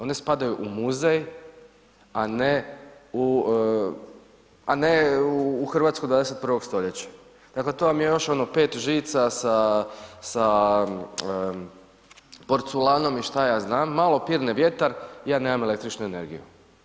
One spadaju u muzej a ne u Hrvatsku 21. st., dakle to vam je još ono 5 žica sa porculanom i šta ja znam, malo pirne vjetar, ja nemam električnu energiju.